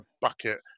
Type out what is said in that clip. bucket